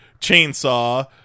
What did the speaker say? chainsaw